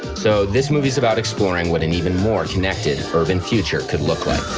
so this movie is about exploring what an even more connected urban future could look like.